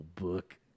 book